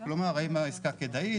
כלומר האם העסקה כדאית,